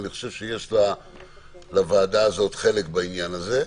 ויש לוועדה הזאת חלק בעניין הזה.